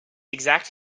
exact